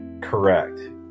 correct